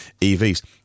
evs